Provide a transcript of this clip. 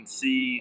see